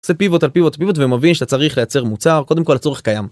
זה פיבוט על פיבוט, פיבוט. ומבין שאתה צריך לייצר מוצר. קודם כל הצורך קיים.